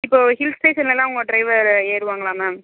இப்போது ஹில்ஸ் ஸ்டேஷன்லெலாம் உங்கள் டிரைவரு ஏறுவாங்களா மேம்